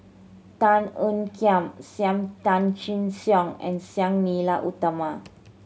Tan Ean Kiam Sam Tan Chin Siong and Sang Nila Utama